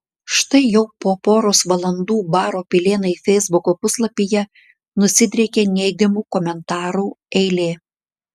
štai jau po poros valandų baro pilėnai feisbuko puslapyje nusidriekė neigiamų komentarų eilė